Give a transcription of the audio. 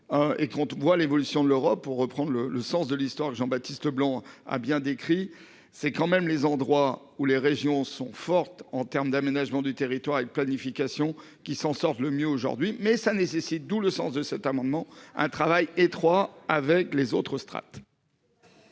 Et quand on voit l'évolution de l'Europe, pour reprendre le le sens de l'histoire de Jean-Baptiste Leblanc a bien décrit, c'est quand même les endroits où les régions sont fortes en termes d'aménagement du territoire et de planification qui s'en sortent le mieux aujourd'hui mais ça nécessite d'où le sens de cet amendement un travail étroit avec les autres strates.